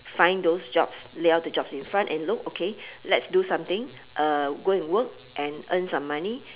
find those jobs lay out the jobs in front and look okay let's do something uh go and work and earn some money